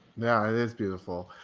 yeah, it is beautiful.